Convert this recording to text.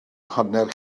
hanner